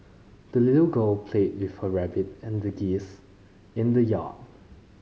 the little girl played with her rabbit and geese in the yard